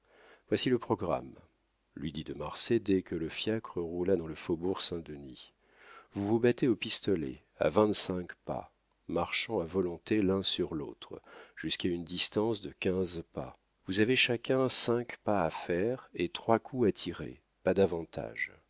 voici le programme lui dit de marsay dès que le fiacre roula dans le faubourg saint-denis vous vous battez au pistolet à vingt-cinq pas marchant à volonté l'un sur l'autre jusqu'à une distance de quinze pas vous avez chacun cinq pas à faire et trois coups à tirer pas davantage